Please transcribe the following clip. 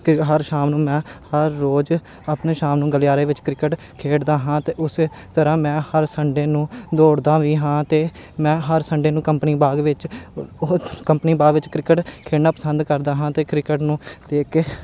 ਕਿ ਹਰ ਸ਼ਾਮ ਨੂੰ ਮੈਂ ਹਰ ਰੋਜ਼ ਆਪਣੇ ਸ਼ਾਮ ਨੂੰ ਗਲਿਆਰੇ ਵਿੱਚ ਕ੍ਰਿਕਟ ਖੇਡਦਾ ਹਾਂ ਅਤੇ ਉਸ ਤਰ੍ਹਾਂ ਮੈਂ ਹਰ ਸੰਡੇ ਨੂੰ ਦੌੜਦਾ ਵੀ ਹਾਂ ਅਤੇ ਮੈਂ ਹਰ ਸੰਡੇ ਨੂੰ ਕੰਪਨੀ ਬਾਗ਼ ਵਿੱਚ ਬ ਬਹੁਤ ਕੰਪਨੀ ਬਾਗ਼ ਵਿੱਚ ਕ੍ਰਿਕਟ ਖੇਡਣਾ ਪਸੰਦ ਕਰਦਾ ਹਾਂ ਅਤੇ ਕ੍ਰਿਕਟ ਨੂੰ ਦੇਖ ਕੇ